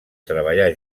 treballar